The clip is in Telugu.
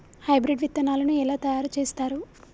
హైబ్రిడ్ విత్తనాలను ఎలా తయారు చేస్తారు?